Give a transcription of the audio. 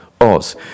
Oz